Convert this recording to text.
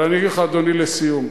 אבל אני אגיד לך, אדוני, לסיום: